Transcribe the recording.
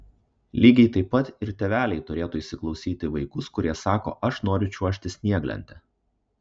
lygiai taip pat ir tėveliai turėtų įsiklausyti į vaikus kurie sako aš noriu čiuožti snieglente